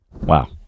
Wow